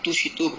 two three two